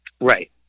right